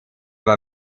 war